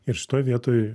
ir šitoj vietoj